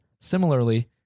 Similarly